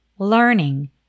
learning